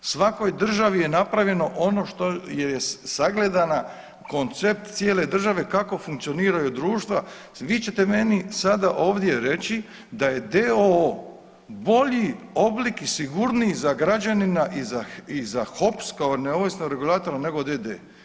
Svakoj državi je napravljeno ono što je sagledana koncept cijele države, kako funkcioniraju društva, vi ćete meni sada ovdje reći da je d.o.o. bolji oblik i sigurniji za građanina i za HOPS kao neovisno regulator nego d.d.